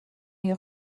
les